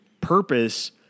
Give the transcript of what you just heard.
purpose